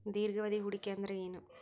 ದೀರ್ಘಾವಧಿ ಹೂಡಿಕೆ ಅಂದ್ರ ಏನು?